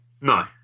No